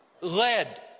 Led